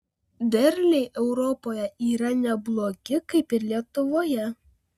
derliai europoje yra neblogi kaip ir lietuvoje